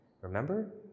Remember